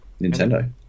Nintendo